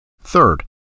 Third